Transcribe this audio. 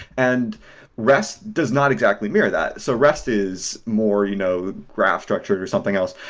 and rest does not exactly mirror that. so rest is more you know graph structured, or something else.